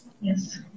Yes